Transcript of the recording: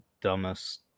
dumbest